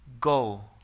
go